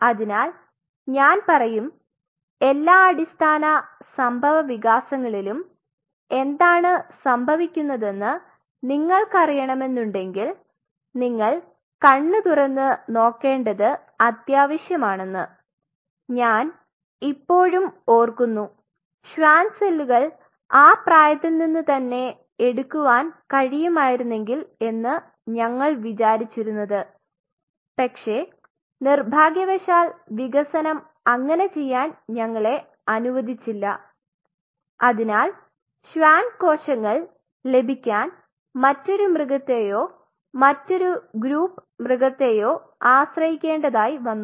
അതിനാൽ ഞാൻ പറയും എല്ലാ അടിസ്ഥാന സംഭവവികാസങ്ങളിലും എന്താണ് സംഭവിക്കുന്നതെന്ന് നിങ്ങൾക്കറിയണമെന്നുണ്ടെങ്കിൽ നിങ്ങൾ കണ്ണുതുറന്ന് നോക്കേണ്ടത് അത്യാവശ്യമാണെന്ന് ഞാൻ ഇപ്പോഴും ഓർക്കുന്നു ഷ്വാൻ സെല്ലുകൾ ആ പ്രായത്തിൽ നിന്ന് തന്നെ എടുക്കുവാൻ കഴിയുമാരുനെങ്കിൽ എന്ന് ഞങ്ങൾ വിചാരിച്ചിരുന്നത് പക്ഷേ നിർഭാഗ്യവശാൽ വികസനം അങ്ങനെ ചെയ്യാൻ ഞങ്ങളെ അനുവദിചില്ല അതിനാൽ ഷ്വാൻ കോശങ്ങൾ ലഭിക്കാൻ മറ്റൊരു മൃഗത്തെയോ മറ്റൊരു ഗ്രൂപ്പ് മൃഗത്തെയോ ആശ്രയിക്കേണ്ടതായ് വന്നു